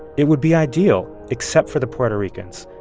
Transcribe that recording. it would be ideal except for the puerto ricans.